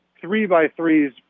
three-by-threes